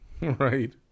Right